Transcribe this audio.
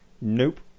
Nope